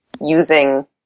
using